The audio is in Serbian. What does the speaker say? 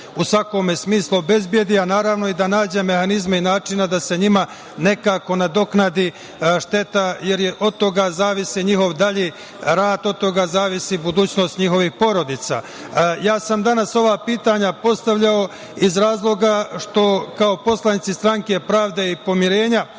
u svakom smislu obezbedi, a naravno da nađe i mehanizme, načine da sa njima nekako nadoknadi štetu, jer od toga zavisi njihov dalji rad, od toga zavisi budućnost njihovih porodica. Ja sam danas ova pitanja postavljao iz razloga što smo kao poslanici Stranke pravde i pomirenja